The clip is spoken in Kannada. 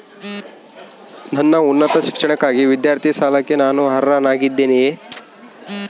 ನನ್ನ ಉನ್ನತ ಶಿಕ್ಷಣಕ್ಕಾಗಿ ವಿದ್ಯಾರ್ಥಿ ಸಾಲಕ್ಕೆ ನಾನು ಅರ್ಹನಾಗಿದ್ದೇನೆಯೇ?